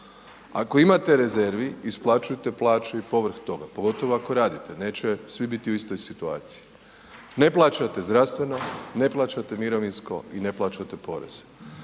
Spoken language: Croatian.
Ako imate rezervi, isplaćujte plaće i povrh, pogotovo ako radite, neće svi biti u istoj situaciji. Ne plaćate zdravstveno, ne plaćate mirovinsko i ne plaćate poreze.